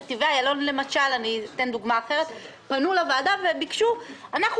בנתיבי איילון למשל פנו לוועדה וביקשו: אנחנו